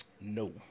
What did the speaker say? No